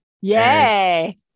yay